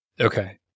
Okay